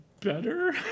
better